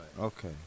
Okay